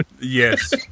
Yes